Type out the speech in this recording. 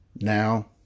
Now